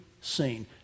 seen